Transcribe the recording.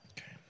Okay